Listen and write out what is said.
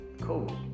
cool